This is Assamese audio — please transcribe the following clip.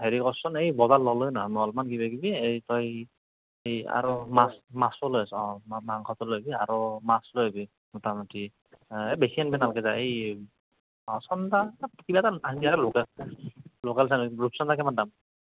হেৰি কৰচোন এই বজাৰ ল'লোঁৱে না অলপমান কিবা কিবি এই তই এই আৰু অলপ মাছ মাছো লৈ আহচোন অঁ মাংসটো ল'বি আৰু মাছ লৈ ল'বি মোটামুটি এই বেছি আনিব নালাগে যা এই অঁ চন্দা এই কিবা এটা আনিবি লোকেল ৰূপচন্দা কিমান দাম